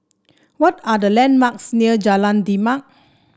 what are the landmarks near Jalan Demak